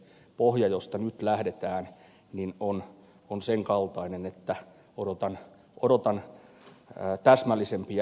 pohja josta nyt lähdetään on sen kaltainen että odotan täsmällisempiä esityksiä